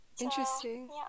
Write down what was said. Interesting